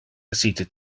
essite